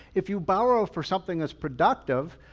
if you borrow for something that's productive,